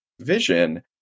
vision